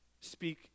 speak